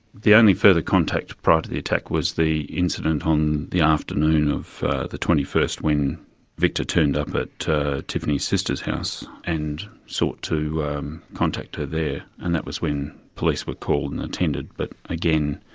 the only further contact prior to the attack was the incident on the afternoon of the twenty first when victor turned up at tiffany's sister's house and sought to contact her there, and that was when police were called and attended, but again,